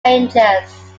rangers